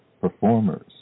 performers